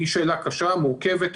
היא שאלה קשה ומורכבת.